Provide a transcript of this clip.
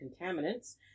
contaminants